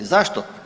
Zašto?